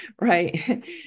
right